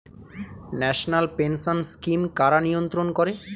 National pension scheme কারা নিয়ন্ত্রণ করে?